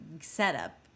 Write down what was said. setup